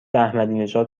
احمدینژاد